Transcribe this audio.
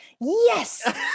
yes